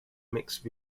mixed